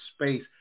space